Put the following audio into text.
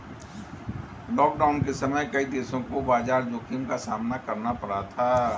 lockdown के समय कई देशों को बाजार जोखिम का सामना करना पड़ा था